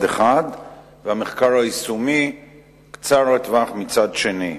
אחד והמחקר היישומי קצר הטווח מצד שני.